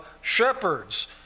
shepherds